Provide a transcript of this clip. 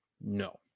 no